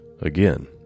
Again